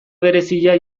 berezia